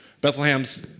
Bethlehem's